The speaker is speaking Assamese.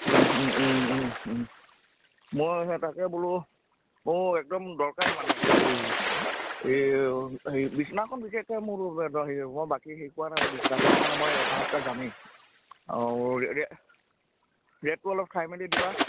মই সেই তাকে বোলোঁ অঁ একদম দৰকাৰী মানে হেৰি এই হেৰি বিচনাখন বিশেষকৈ মোৰ মই বাকী হেৰি কৰা নাই বিছনাখনৰ কাৰণে মই অহা সপ্তাহত যামেই আৰু ৰে ৰেটটো অলপ চাই মেলি দিবা